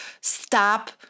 stop